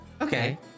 okay